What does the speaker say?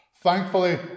Thankfully